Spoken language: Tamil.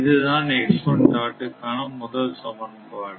இதுதான்க்கான முதல் சமன்பாடு